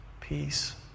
peace